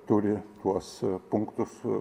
turi tuos punktus